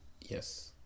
Yes